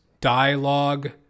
dialogue